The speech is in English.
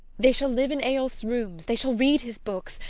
they shall live in eyolf's rooms. they shall read his books.